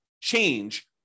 change